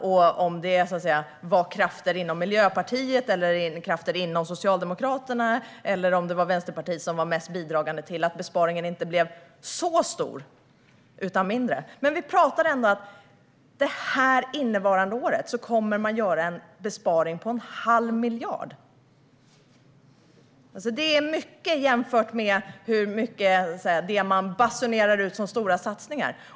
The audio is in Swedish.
Frågan är om det var krafter inom Miljöpartiet eller inom Socialdemokraterna eller om det var Vänsterpartiet som var mest bidragande till att besparingen inte blev så stor utan mindre. Men under det innevarande året kommer man ändå att göra en besparing på en halv miljard. Det är mycket jämfört med det man basunerar ut som stora satsningar.